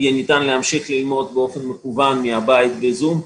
ניתן יהיה להמשיך ללמוד באופן מקוון מהבית בזום,